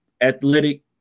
athletic